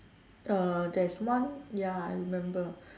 uh there's one ya I remember